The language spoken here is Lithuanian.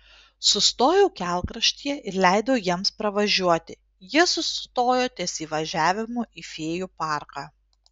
sustojau kelkraštyje ir leidau jiems pravažiuoti jie sustojo ties įvažiavimu į fėjų parką